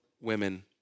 women